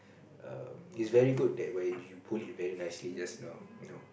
err is very good that when you put it very nicely just now know